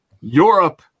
Europe